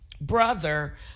brother